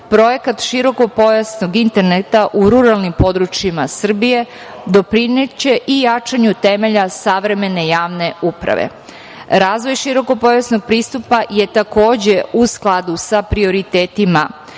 Projekat širokopojasnog interneta u ruralnim područjima Srbije doprineće i jačanju temelja savremene javne uprave. Razvoj širokopojasnog pristupa je takođe u skladu sa prioritetima